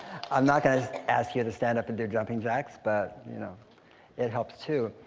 i'm not gonna ask you to stand up and do jumping jacks, but you know it helps, too.